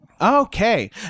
Okay